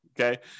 Okay